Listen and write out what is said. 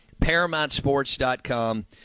ParamountSports.com